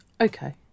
okay